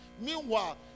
Meanwhile